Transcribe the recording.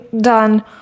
done